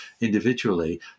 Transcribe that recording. individually